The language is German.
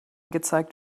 gezeigt